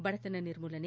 ಬಡತನ ನಿರ್ಮೂಲನೆ